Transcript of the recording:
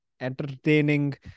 entertaining